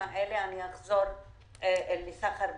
אצטרך לחזור לעסוק בסחר בסמים,